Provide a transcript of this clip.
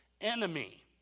enemy